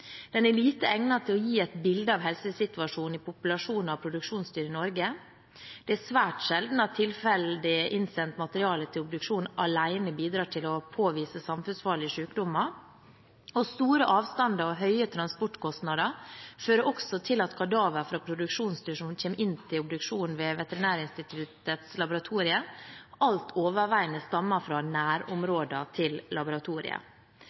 Den er lite egnet til å gi et bilde av helsesituasjonen i populasjoner av produksjonsdyr i Norge. Det er svært sjelden at tilfeldig innsendt materiale til obduksjon alene bidrar til å påvise «samfunnsfarlige» sykdommer. Store avstander og høye transportkostnader fører også til at kadaver fra produksjonsdyr som kommer inn til obduksjon ved Veterinærinstituttets laboratorier, alt overveiende stammer fra «nærområder» til laboratoriet.